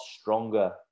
stronger